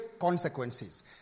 consequences